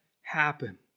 happen